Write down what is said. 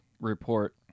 report